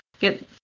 get